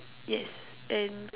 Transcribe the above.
yes and